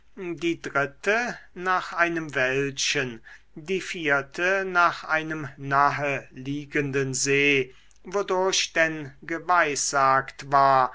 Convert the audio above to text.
die dritte nach einem wäldchen die vierte nach einem nahe liegenden see wodurch denn geweissagt war